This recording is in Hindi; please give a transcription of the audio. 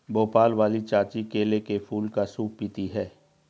भोपाल वाली चाची केले के फूल का सूप पीती हैं